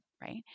Right